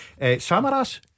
Samaras